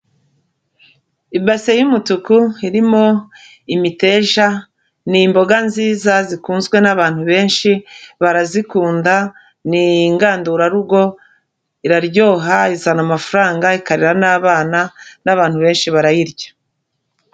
Ibase y'umutuku irimo imiteja, ni imboga nziza zikunzwe n'abantu benshi barazikunda, ni ingandurarugo, iraryoha, izana amafaranga, ikarera n'abana n'abantu benshi barayirya.